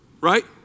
Right